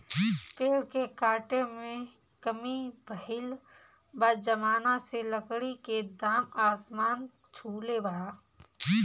पेड़ के काटे में कमी भइल बा, जवना से लकड़ी के दाम आसमान छुले बा